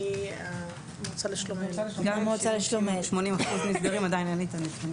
גם אם 80% נסגרים, עדיין אין לי את הנתונים.